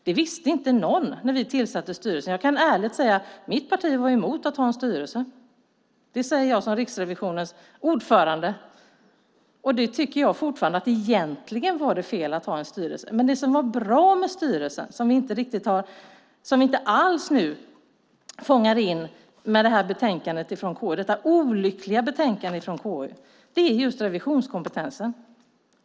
Det var ingen som hade den erfarenheten när vi tillsatte styrelsen. Jag kan ärligt säga att mitt parti var emot att ha en styrelse. Det säger jag som Riksrevisionens ordförande. Fortfarande tycker jag att det egentligen var fel att ha en styrelse, men det som var bra med styrelsen och som vi inte alls fångar in i detta olyckliga betänkande från KU är just revisionskompetensen.